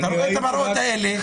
אתה רואה את המראות האלה,